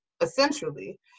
essentially